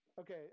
okay